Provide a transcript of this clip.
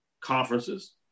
conferences